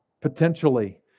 potentially